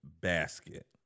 basket